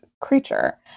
creature